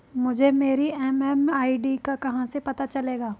मुझे मेरी एम.एम.आई.डी का कहाँ से पता चलेगा?